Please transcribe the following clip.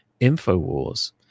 Infowars